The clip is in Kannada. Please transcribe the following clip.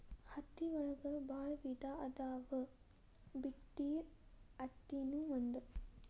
ಹತ್ತಿ ಒಳಗ ಬಾಳ ವಿಧಾ ಅದಾವ ಬಿಟಿ ಅತ್ತಿ ನು ಒಂದ